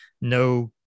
no